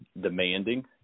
demanding